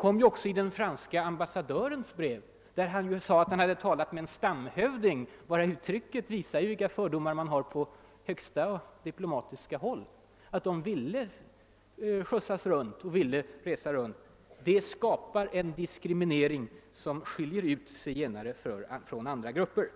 fanns också i den franske ambassadörens brev, där han sade att han talat med en >»stamhövding». Bara det uttrycket visar vilka fördomar som finns på högsta diplomatiska håll. Man anser tydligen att zigenarna vill resa runt. Det skapar i sig självt en diskriminering, som skiljer ut zigenare från andra grupper.